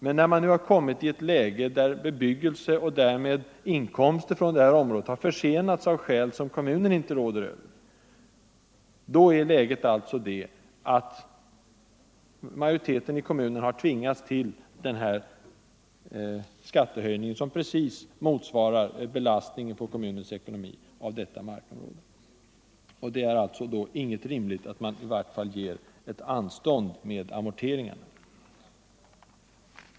Men när man nu har kommit i ett läge där bebyggelsen, och därmed inkomsterna, har försenats av skäl som kommunen inte råder över har alltså majoriteten i kommunen genomfört en skattehöjning, som ganska väl motsvarar belastningen på kommunens ekonomi av detta markområde. Det är då rimligt att man får anstånd med amorteringarna.